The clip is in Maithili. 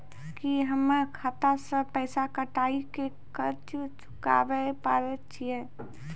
की हम्मय खाता से पैसा कटाई के कर्ज चुकाबै पारे छियै?